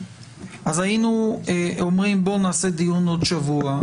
היינו אומרים: נעשה דיון בעוד שבוע,